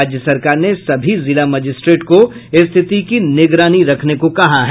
राज्य सरकार ने सभी जिला मजिस्ट्रेटों को स्थिति की निगरानी रखने को कहा है